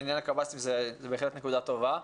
עניין קציני ביקור סדיר זה בהחלט נקודה טובה.